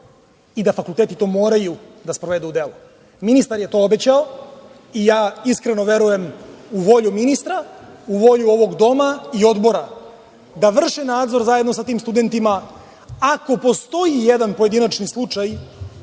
i da fakulteti to moraju da sprovedu u delo. Ministar je to obećao i ja iskreno verujem u volju ministra, ovog doma i odbora da vrše nadzor zajedno sa tim studentima. Ako postoji i jedan pojedinačan slučaj,